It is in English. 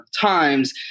times